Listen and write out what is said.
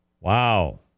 Wow